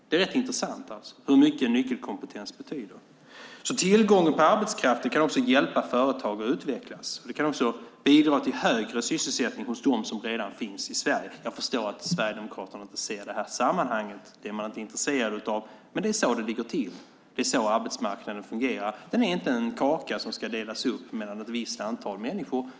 Det är intressant hur mycket en nyckelkompetens betyder. Tillgången på arbetskraft kan hjälpa företaget att utvecklas och också bidra till högre sysselsättning hos dem som redan finns i Sverige. Jag förstår att Sverigedemokraterna inte ser det sammanhanget. Det är man inte intresserad av. Det är så det ligger till och så arbetsmarknaden fungerar. Den är inte en kaka som ska delas upp mellan ett visst antal människor.